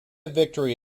victory